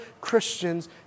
Christians